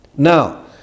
Now